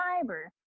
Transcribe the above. fiber